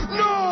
no